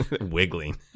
wiggling